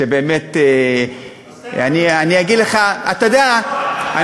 שבאמת, השר כחלון, תן לי הסבר.